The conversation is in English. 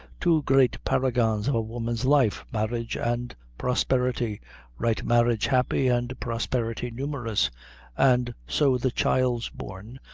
two great paragons of a woman's life, marriage and prosperity write marriage happy, and prosperity numerous and so the child's born,